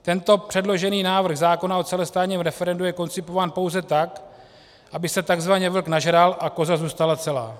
Tento předložený návrh zákona o celostátním referendu je koncipován pouze tak, aby se takzvaně vlk nažral a koza zůstala celá.